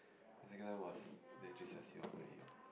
then second time was J_C_R_C loh then go there eat loh